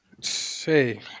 Say